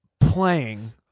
playing